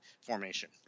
formation